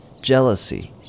jealousy